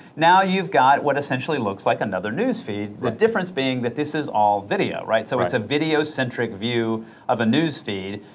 now you've got what essentially looks like another news feed, the difference being that this is all video, right? so it's a video-centric view of a news feed.